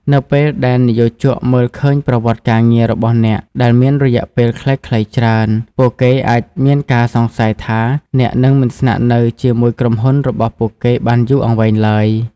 នៅពេលដែលនិយោជកមើលឃើញប្រវត្តិការងាររបស់អ្នកដែលមានរយៈពេលខ្លីៗច្រើន ពួកគេអាចមានការសង្ស័យថាអ្នកនឹងមិនស្នាក់នៅជាមួយក្រុមហ៊ុនរបស់ពួកគេបានយូរអង្វែងឡើយ។